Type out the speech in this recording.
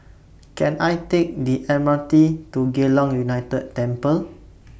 Can I Take The M R T to Geylang United Temple